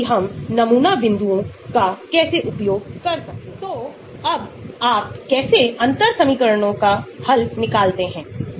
अब हम दूसरे को देखते हैं जिसे Steric फीचर कहा जाता है